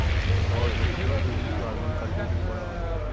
শহর বসতি অঞ্চল গুলিতে আরবান কাল্টিভেশন করা হয়